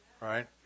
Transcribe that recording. Right